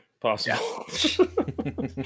possible